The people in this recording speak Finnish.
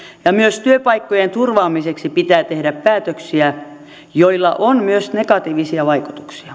myös työpaikkojen turvaamiseksi pitää tehdä päätöksiä joilla on myös negatiivisia vaikutuksia